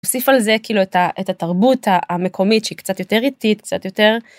נוסיף על זה כאילו את התרבות המקומית שקצת יותר איטית, קצת יותר